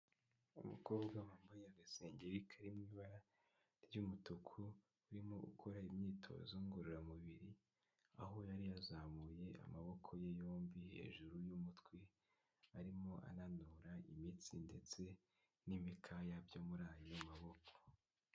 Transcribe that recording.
Umukobwa wambaye agasengeri karimo ibara ry'umutuku, urimo gukora imyitozo ngororamubiri, aho yari yazamuye amaboko ye yombi hejuru y'umutwe, arimo ananura imitsi ndetse n'imikaya byo muri ayo maboko.